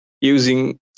using